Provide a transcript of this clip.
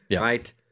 right